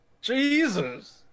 Jesus